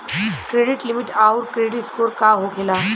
Credit limit आउर credit score का होखेला?